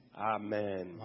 Amen